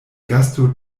gasto